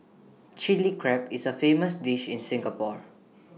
Chilli Crab is A famous dish in Singapore